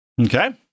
Okay